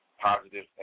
positive